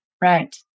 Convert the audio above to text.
Right